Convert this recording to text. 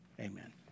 Amen